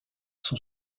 son